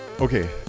okay